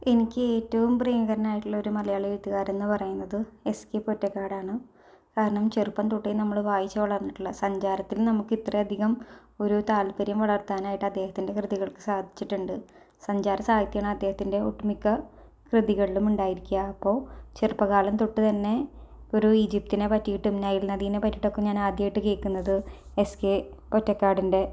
എനിക്ക് ഏറ്റവും പ്രിയങ്കരനായിട്ടുള്ള ഒരു മലയാളി എഴുത്തുകാരനെന്ന് പറയുന്നത് എസ് കെ പൊറ്റക്കാടാണ് കാരണം ചെറുപ്പം തൊട്ടേ നമ്മൾ വായിച്ചു വളർന്നിട്ടുള്ള സഞ്ചാരത്തിൽ നമുക്ക് ഇത്രയധികം ഒരു താൽപര്യം വളർത്താനായിട്ട് അദ്ദേഹത്തിന്റെ കൃതികൾക്ക് സാധിച്ചിട്ടുണ്ട് സഞ്ചാര സാഹിത്യമാണ് അദ്ദേഹത്തിന്റെ ഒട്ടു മിക്ക കൃതികളിലും ഉണ്ടായിരിക്കുക അപ്പോൾ ചെറുപ്പകാലം തൊട്ട് തന്നെ ഒരു ഈജിപ്തിനെ പറ്റിയിട്ടും നൈല് നദീനെ പറ്റിയിട്ടും ഒക്കെ ഞാൻ ആദ്യമായിട്ട് കേൾക്കുന്നത് എസ് കെ പൊറ്റക്കാടിന്റെ